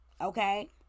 Okay